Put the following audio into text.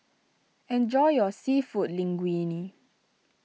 enjoy your Seafood Linguine